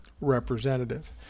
representative